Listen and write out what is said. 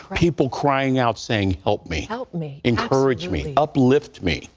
people crying out saying help me. help me. encourage me. uplift me.